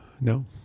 No